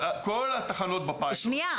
כל התחנות בפיילוט --- שנייה.